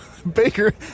Baker